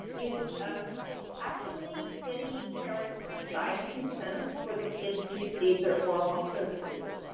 is um actually getting parents to sign consent for the kids to receive their oral health services.